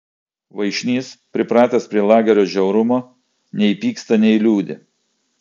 vaišnys pripratęs prie lagerio žiaurumo nei pyksta nei liūdi